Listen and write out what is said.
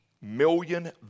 million